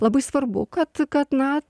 labai svarbu kad kad na